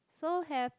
so have